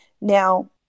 now